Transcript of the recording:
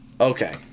Okay